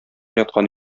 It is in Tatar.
яткан